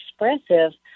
expressive